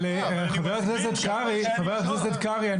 חבר הכנסת קרעי,